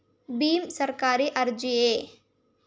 ಭೀಮ್ ಸರ್ಕಾರಿ ಅರ್ಜಿಯೇ?